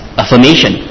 affirmation